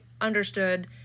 understood